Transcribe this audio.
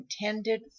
intended